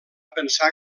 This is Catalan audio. pensar